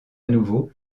nouveau